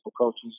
coaches